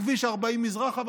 מכביש 40 מזרחה,